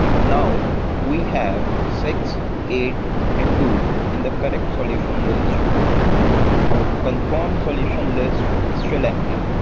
now we have six, eight and two in the correct solution list and our confirmed solution list is still empty.